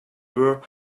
were